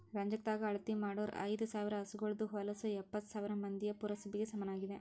ರಂಜಕದಾಗ್ ಅಳತಿ ಮಾಡೂರ್ ಐದ ಸಾವಿರ್ ಹಸುಗೋಳದು ಹೊಲಸು ಎಪ್ಪತ್ತು ಸಾವಿರ್ ಮಂದಿಯ ಪುರಸಭೆಗ ಸಮನಾಗಿದೆ